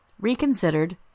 reconsidered